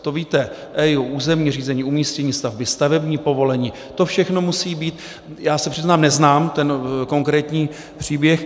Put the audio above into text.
To víte, EIA, územní řízení, umístění stavby, stavební povolení, to všechno musí být já se přiznám, neznám ten konkrétní příběh.